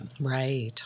Right